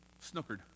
snookered